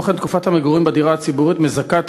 הנוכחות המוגברת מוכיחה את